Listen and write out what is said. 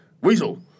Weasel